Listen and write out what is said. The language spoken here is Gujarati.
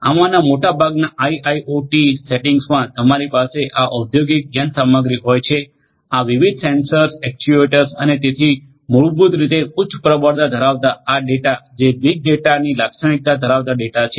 આમાના મોટાભાગના આઇઓટીએસ સેટિંગ્સમાં તમારી પાસે આ ઔદ્યોગિક યંત્રસામગ્રી હોય છે આ વિવિધ સેન્સર એક્ચ્યુએટર્સ અને તેથી મૂળભૂત રીતે ઉચ્ચ પ્રબળતા ધરાવતા આ ડેટા જે બીગ ડેટા ની લાક્ષણિકતા ધરાવતા ડેટા છે